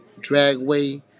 Dragway